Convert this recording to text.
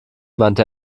wandte